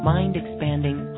Mind-expanding